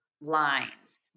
lines